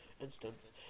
instance